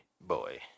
Boy